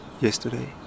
yesterday